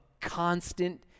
constant